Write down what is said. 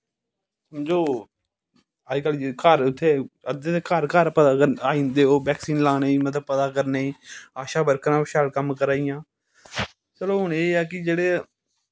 समझो अज कल घर इत्थै अध्दे ते घर घर आई जंदे पता करन आई जंदे ओह् बैक्सीन लानेई मतलव पता करनेई आशा बर्करां बा शैल कम्म करा दियां चलो हून एह् ऐ कि जेह्ड़े